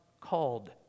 called